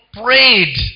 prayed